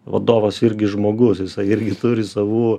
vadovas irgi žmogus jisai irgi turi savų